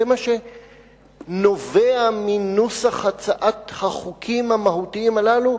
זה מה שנובע מנוסח הצעות החוק המהותיות הללו,